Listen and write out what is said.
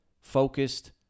focused